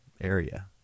area